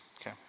okay